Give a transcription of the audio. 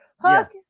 Hook